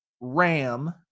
Ram